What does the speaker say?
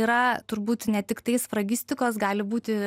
yra turbūt ne tiktai sfragistikos gali būti